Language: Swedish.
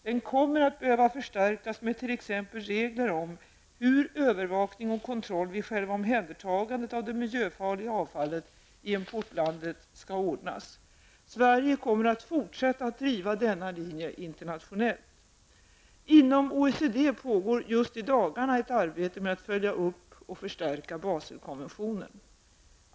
Den kommer att behöva förstärkas med t.ex. regler om hur övervakning och kontroll vid själva omhändertagandet av det miljöfarliga avfallet i importlandet skall ordnas. Sverige kommer att fortsätta att driva denna linje internationellt. Inom OECD pågår i dagarna ett arbete med att följa upp och förstärka Baselkonventionen.